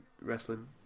wrestling